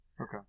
Okay